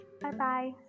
bye-bye